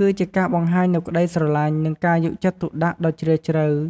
គឺជាការបង្ហាញនូវក្ដីស្រឡាញ់ និងការយកចិត្តទុកដាក់ដ៏ជ្រាលជ្រៅ។